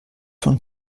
von